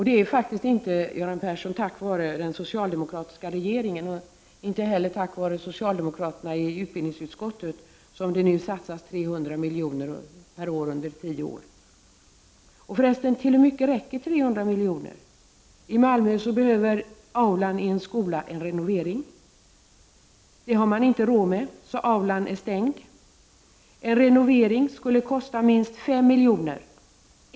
Det är faktiskt inte, Göran Persson, tack vare den socialdemokratiska regeringen, inte heller tack vare socialdemokraterna i utbildningsutskottet, som det nu satsas 300 miljoner per år under tio år. Förresten, hur mycket räcker dessa 300 miljoner till? I Malmö behöver aulan i en skola en renovering. Det har man inte råd med, så aulan är stängd. En renovering skulle kosta minst 5 miljoner.